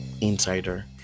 insider